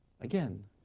again